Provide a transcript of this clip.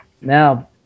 Now